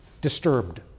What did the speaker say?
disturbed